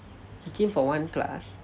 he came for one class